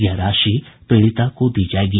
यह राशि पीड़िता को दी जायेगी